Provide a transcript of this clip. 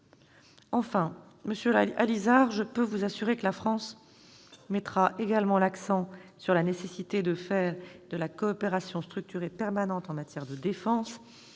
Monsieur Allizard, je peux vous assurer que la France mettra également l'accent sur la nécessité de faire de la coopération structurée permanente en matière de défense